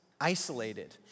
isolated